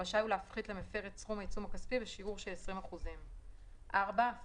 רשאי הוא להפחית למפר את סכום העיצום הכספי בשיעור של 20%. הפחתה4.